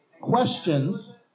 questions